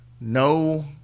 No